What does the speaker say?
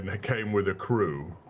and came with a crew,